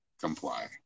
comply